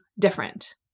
different